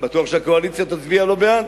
ודאי שהקואליציה לא תצביע בעד,